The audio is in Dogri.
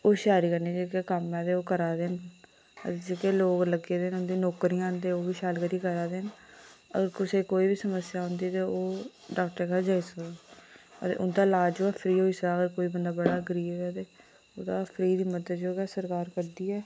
होशियारी कन्नै जेह्का कम्म ऐ ते ओङ् करा दे न जेह्के लोग लगे दे न उंदियां नौकरियां न ते ओह् बी शैल करियै करा दे न अगर कुसै ई कोई बी समस्या औंदी ते ओह् डाक्टरै कश जाई सकदे न अदे उंदा लाज फ्री होई सकदा कोई बंदा बड़ा गरीब ऐ ते ओह्दा अस फ्री मदद ओह्दे आस्तै सरकार करदी ऐ